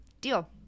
Deal